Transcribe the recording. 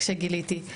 כשגיליתי,